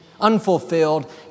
unfulfilled